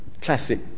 classic